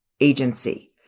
agency